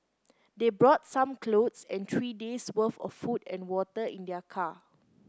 they brought some clothes and three days' worth of food and water in their car